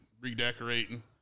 redecorating